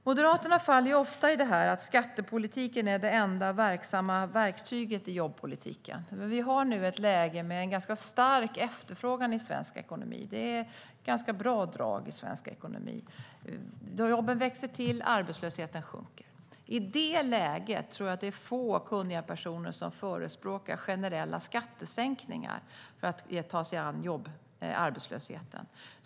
Moderaterna faller ofta i detta att skattepolitiken är det enda verksamma verktyget i jobbpolitiken. Men vi har nu ett läge med en ganska stark efterfrågan i svensk ekonomi. Det är ganska bra drag i svensk ekonomi. Jobben växer till, och arbetslösheten sjunker. I det läget tror jag att det är få kunniga personer som förespråkar generella skattesänkningar för att ta sig an arbetslösheten.